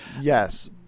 yes